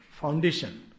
foundation